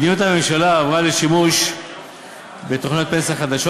מדיניות הממשלה עברה לשימוש בתוכניות פנסיה חדשות